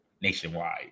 nationwide